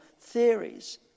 theories